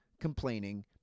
complaining